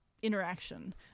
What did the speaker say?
interaction